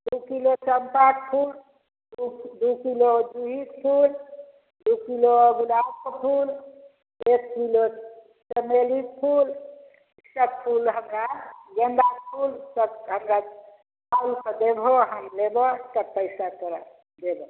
दू किलो चम्पाके फुल दू दू किलो जूहीके फुल दू किलो गुलाबके फुल एक किलो चमेलीके फुल ई सब फुल हमरा गेन्दाके फुल सब हमरा आनि कऽ देबहो हम लेबो तब पैसा तोरा देबो